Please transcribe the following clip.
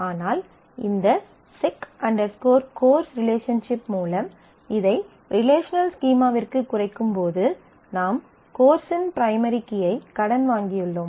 ஆனால் இந்த sec course sec course relationship மூலம் இதை ரிலேஷனல் ஸ்கீமாவிற்கு குறைக்கும்போது நாம் கோர்ஸின் பிரைமரி கீ ஐ கடன் வாங்கியுள்ளோம்